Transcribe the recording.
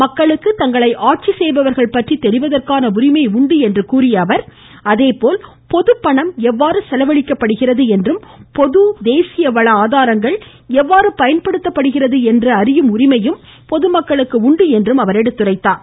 மக்களுக்கு தங்களை ஆட்சி செய்பவர்கள் பற்றி தெரிவதற்கான உரிமை உண்டு கூறிய அவர் அதேபோல் பொதுப்பணம் எவ்வாறு செலவழிகிறது என்றும் பொது மற்றும் தேசிய வள ஆதாரங்கள் எவ்வாறு பயன்படுத்தப்படுகிறது என்று அறியும் உரிமையும் அவர்களுக்கு உண்டு என்று எடுத்துரைத்தார்